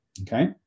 okay